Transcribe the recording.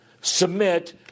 submit